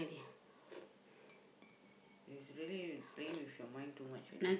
he's really playing with your mind too much already